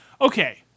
okay